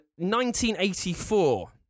1984